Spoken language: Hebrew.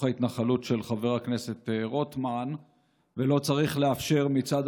ההתנחלות של חבר הכנסת רוטמן ולא צריך לאפשר את מצעד